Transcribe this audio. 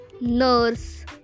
nurse